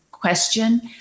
question